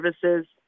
services